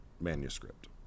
manuscript